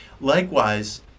Likewise